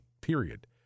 period